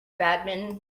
badminton